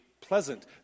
pleasant